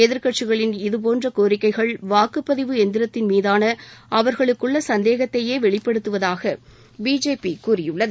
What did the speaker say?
எதிர்க்கட்சிகளின் இதபோன்ற கோரிக்கைகள் வாக்குப்பதிவு எந்திரம்மீதான அவர்களுக்குள்ள சந்தேகத்தையே வெளிப்படுத்துவதாக பிஜேபி கூறியுள்ளது